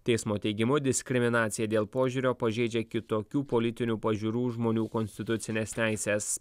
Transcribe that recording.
teismo teigimu diskriminacija dėl požiūrio pažeidžia kitokių politinių pažiūrų žmonių konstitucines teises